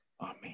Amen